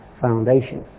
foundation